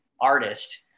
artist